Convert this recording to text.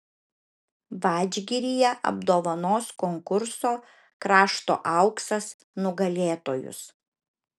vadžgiryje apdovanos konkurso krašto auksas nugalėtojus